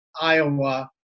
Iowa